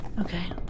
Okay